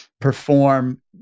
perform